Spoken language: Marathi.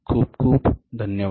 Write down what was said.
खूप खूप धन्यवाद